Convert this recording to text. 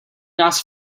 nás